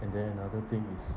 and then another thing is